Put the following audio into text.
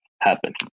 happen